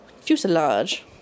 fuselage